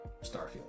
Starfield